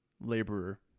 laborer